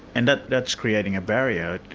and that's creating a barrier,